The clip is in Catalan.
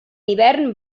hivern